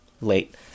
Late